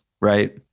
right